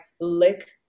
lick